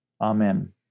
Amen